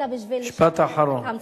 אלא בשביל להתמודד עם המציאות.